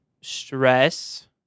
stress